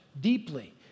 deeply